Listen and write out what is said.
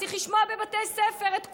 צריך לשמוע בבתי ספר את כולם.